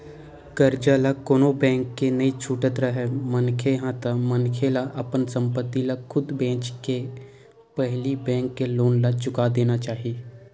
करजा ल कोनो बेंक के नइ छुटत राहय मनखे ह ता मनखे ला अपन संपत्ति ल खुद बेंचके के पहिली बेंक के लोन ला चुका देना चाही